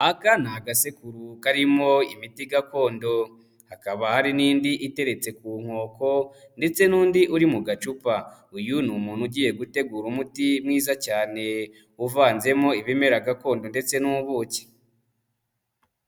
Aka ni agasekuru karimo imiti gakondo, hakaba hari n'indi iteretse ku nkoko ndetse n'undi uri mu gacupa, uyu ni umuntu ugiye gutegura umuti mwiza cyane, uvanzemo ibimera gakondo ndetse n'ubuki.